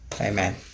amen